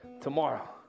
Tomorrow